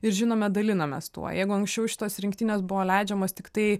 ir žinoma dalinomės tuo jeigu anksčiau šitos rinktinės buvo leidžiamos tiktai